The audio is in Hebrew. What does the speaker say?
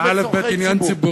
זה אלף-בית של עניין ציבורי,